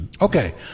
Okay